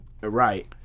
Right